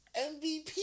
MVP